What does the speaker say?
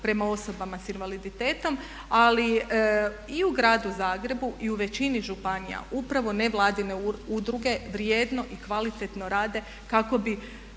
prema osobama sa invaliditetom. Ali i u gradu Zagrebu i u većini županija upravo nevladine udruge vrijedno i kvalitetno rade kako bi